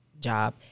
job